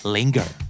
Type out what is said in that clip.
Linger